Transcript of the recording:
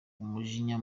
umujinya